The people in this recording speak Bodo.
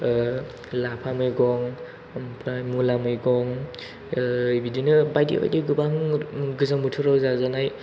लाफा मैगं ओमफ्राय मुला मैगं बिदिनो बायदि बायदि गोबां गोजां बोथोराव जाजानाय